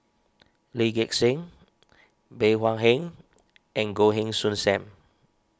Lee Gek Seng Bey Hua Heng and Goh Heng Soon Sam